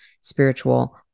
Spiritual